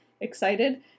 excited